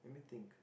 let me think